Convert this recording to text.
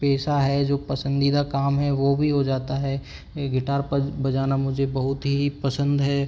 पेशा है जो पसंदीदा काम है वो भी हो जाता है ये गिटार बजाना मुझे बहुत ही पसंद है